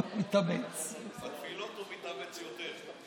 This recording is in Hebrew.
בתפילות הוא מתאמץ יותר.